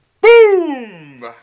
Boom